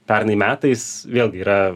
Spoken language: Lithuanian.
pernai metais vėlgi yra